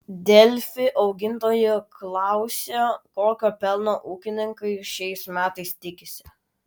delfi augintojų klausia kokio pelno ūkininkai šiais metais tikisi